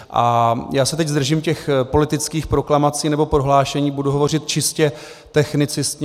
A já se teď zdržím těch politických proklamací nebo prohlášení, budu hovořit čistě technicistně.